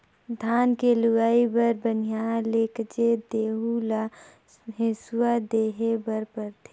धान के लूवई बर बनिहार लेगजे तेहु ल हेसुवा देहे बर परथे